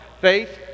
Faith